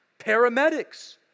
paramedics